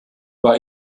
war